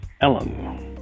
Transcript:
Ellen